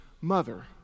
mother